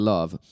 Love